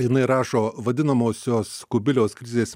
jinai rašo vadinamosios kubiliaus krizės